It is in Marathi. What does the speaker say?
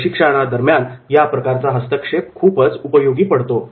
प्रशिक्षणादरम्यान अशा प्रकारचा हस्तक्षेप खूपच उपयोगी पडतो